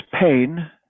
pain